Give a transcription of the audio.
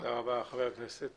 תודה רבה חבר הכנסת